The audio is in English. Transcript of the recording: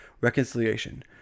reconciliation